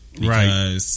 Right